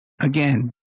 again